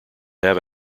have